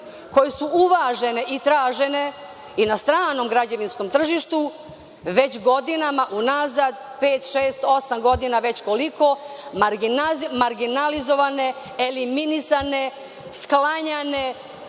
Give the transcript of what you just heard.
koje su uvažene i tražene i na stranom građevinskom tržištu, već godinama unazad, pet, šest, osam godina, marginalizovane, eliminisane, sklanjane,